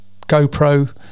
GoPro